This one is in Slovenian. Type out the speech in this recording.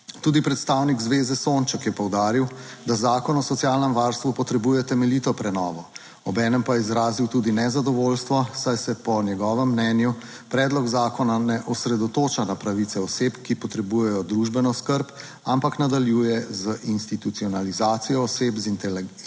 Tudi predstavnik Zveze Sonček je poudaril, da Zakon o socialnem varstvu potrebuje temeljito prenovo. Obenem pa je izrazil tudi nezadovoljstvo, saj se po njegovem mnenju predlog zakona ne osredotoča na pravice oseb, ki potrebujejo družbeno skrb, ampak nadaljuje z institucionalizacijo oseb z intelektualno